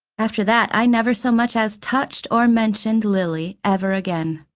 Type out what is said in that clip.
after that i never so much as touched or mentioned lilly ever again.